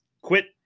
quit